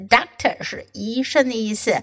Doctor是医生的意思